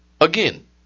again